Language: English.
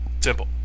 simple